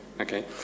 Okay